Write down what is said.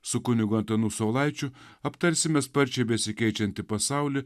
su kunigu antanu saulaičiu aptarsime sparčiai besikeičiantį pasaulį